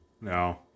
no